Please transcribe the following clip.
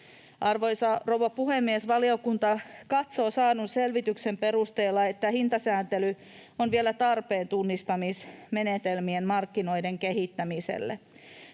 Arvoisa rouva puhemies! Valiokunta katsoo saadun selvityksen perusteella, että hintasääntely on vielä tarpeen tunnistamismenetelmien markkinoiden kehittämisessä.